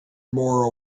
more